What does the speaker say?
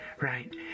Right